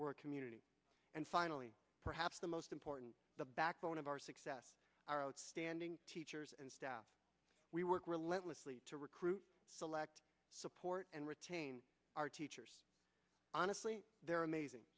a community and finally perhaps the most important the backbone of our success are outstanding teachers and staff we work relentlessly to recruit select support and retain our teachers honestly there are amazing